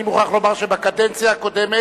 אני מוכרח לומר שאם היו מציעים את החוק בקדנציה הקודמת,